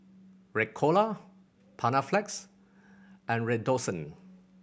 Ricola Panaflex and Redoxon